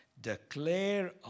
declare